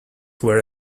were